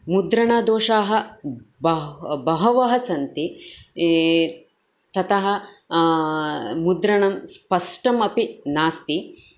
मुद्रणदोषाः बह् बहवः सन्ति ततः मुद्रणं स्पष्टमपि नास्ति